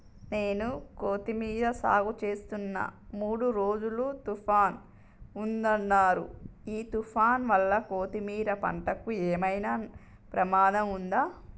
నేను కొత్తిమీర సాగుచేస్తున్న మూడు రోజులు తుఫాన్ ఉందన్నరు ఈ తుఫాన్ వల్ల కొత్తిమీర పంటకు ఏమైనా ప్రమాదం ఉందా?